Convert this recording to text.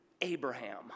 Abraham